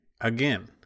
Again